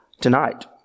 tonight